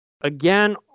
again